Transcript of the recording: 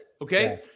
okay